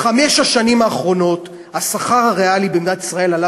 בחמש השנים האחרונות השכר הריאלי במדינת ישראל עלה